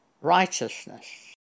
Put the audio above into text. righteousness